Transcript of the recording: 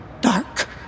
Dark